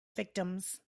victims